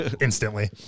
instantly